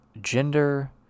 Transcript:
gender